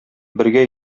бергә